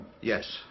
Yes